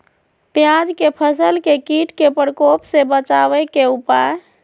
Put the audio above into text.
प्याज के फसल के कीट के प्रकोप से बचावे के उपाय?